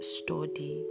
study